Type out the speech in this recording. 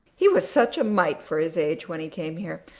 he was such a mite for his age when he came here.